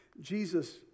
Jesus